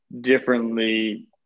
differently